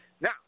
Now